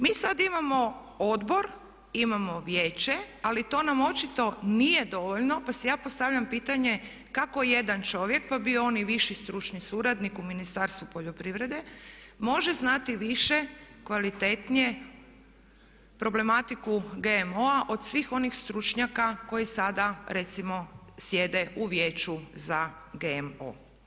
Mi sad imamo odbor, imamo vijeće, ali to nam očito nije dovoljno pa si ja postavljam pitanje kako jedan čovjek, pa bio on i viši stručni suradnik u Ministarstvu poljoprivrede može znati više, kvalitetnije problematiku GMO-a od svih onih stručnjaka koji sada recimo sjede u Vijeću za GMO.